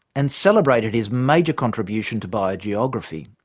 and celebrated his major contribution to biogeography.